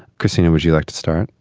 christina, would you like to start?